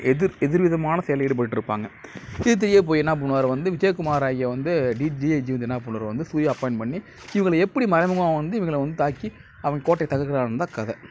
எதிர் எதிர் விதமான செயலில் ஈடுபட்டுட்டிருப்பாங்க இது தெரியாமல் போய் என்ன பண்ணுவார் வந்து விஜயக்குமார் ஐயா வந்து டி டிஐஜி வந்து என்ன பண்ணுவார் வந்து சூர்யா அப்பாய்ண்ட் பண்ணி இவங்களை எப்படி மறைமுகமாக வந்து இவங்களை வந்து தாக்கி அவங்க கோட்டையை தகர்க்கிறார்கிறது தான் கதை